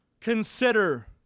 consider